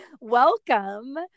Welcome